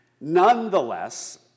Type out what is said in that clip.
Nonetheless